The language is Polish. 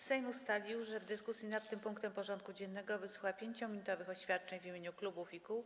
Sejm ustalił, że w dyskusji nad tym punktem porządku dziennego wysłucha 5-minutowych oświadczeń w imieniu klubów i kół.